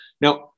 Now